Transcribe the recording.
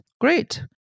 Great